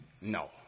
No